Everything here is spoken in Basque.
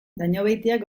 dañobeitiak